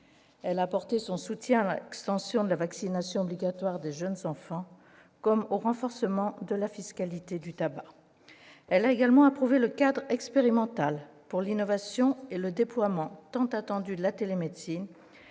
Elle a apporté son soutien à l'extension de la vaccination obligatoire des jeunes enfants, comme au renforcement de la fiscalité du tabac. Elle a également approuvé le cadre expérimental pour l'innovation et le déploiement tant attendu de la télémédecine,